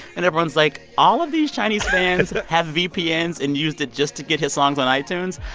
and everyone's like, all of these chinese fans have vpns and used it just to get his songs on itunes?